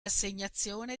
assegnazione